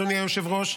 אדוני היושב-ראש,